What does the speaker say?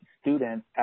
students